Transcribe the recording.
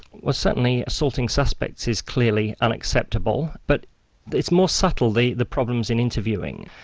well certainly assaulting suspects is clearly unacceptable. but it's more subtle the the problems in interviewing.